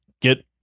get